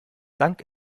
dank